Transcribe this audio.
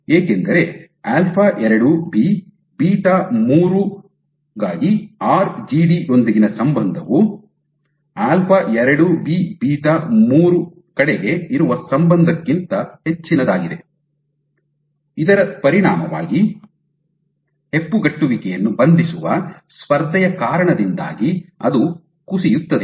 ಏಕೆಂದರೆ ಆಲ್ಫಾ ಎರಡು B beta ಮೂರು α2ಬಿ β3 ಗಾಗಿ ಆರ್ಜಿಡಿ ಯೊಂದಿಗಿನ ಸಂಬಂಧವು ಆಲ್ಫಾ ಎರಡು ಬಿ ಬೀಟಾ ಮೂರು α2ಬಿ β3 ಕಡೆಗೆ ಇರುವ ಸಂಬಂಧಕ್ಕಿಂತ ಹೆಚ್ಚಿನದಾಗಿದೆ ಉಲ್ಲೇಖ ಸಮಯ 0643 ಇದರ ಪರಿಣಾಮವಾಗಿ ಹೆಪ್ಪುಗಟ್ಟುವಿಕೆಯನ್ನು ಬಂಧಿಸುವ ಸ್ಪರ್ಧೆಯ ಕಾರಣದಿಂದಾಗಿ ಅದು ಕುಸಿಯುತ್ತದೆ